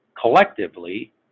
collectively